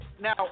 Now